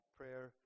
prayer